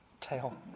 Tail